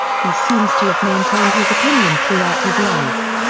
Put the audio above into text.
he seems to have maintained his opinion throughout his life.